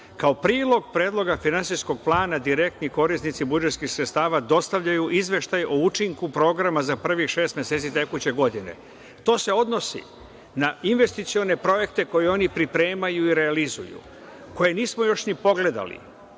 kao prilog predloga finansijskog plana, direktni korisnici budžetskih sredstava dostavljaju izveštaj o učinku programa za prvih šest meseci tekuće godine. To se odnosi na investicione projekte koji oni pripremaju i realizuju, koje nismo još ni pogledali. Nemam